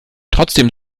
trotzdem